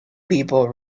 people